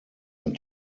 ein